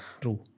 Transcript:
true